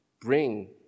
bring